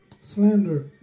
slander